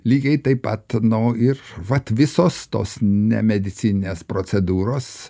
lygiai taip pat nu ir vat visos tos nemedicininės procedūros